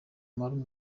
marume